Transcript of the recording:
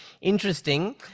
interesting